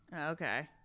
Okay